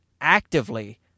actively